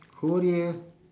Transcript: Korea